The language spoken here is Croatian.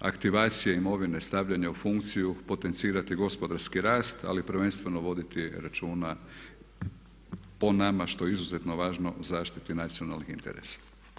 aktivacije imovine, stavljanja u funkciju potencirati gospodarski rast ali prvenstveno voditi računa po nama što je izuzetno važno zaštiti nacionalnih interesa.